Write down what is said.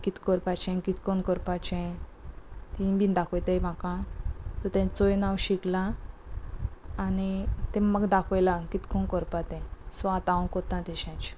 कित करपाचें कितकोन करपाचे थंय बी दाखयता म्हाका सो तें चोयन हांव शिकला आनी ते म्हाका दाखयलां कितको करपा तें सो आतां हांव कोत्ता तेशेच